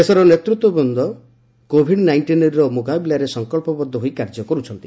ଦେଶର ନେତୃତ୍ୱବୃନ୍ଦ କୋଭିଡ୍ ନାଇଷ୍ଟିନ୍ର ମୁକାବିଲାରେ ସଂକଳ୍ପବଦ୍ଧ ହୋଇ କାର୍ଯ୍ୟ କରୁଛନ୍ତି